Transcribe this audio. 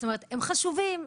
הם חשובים,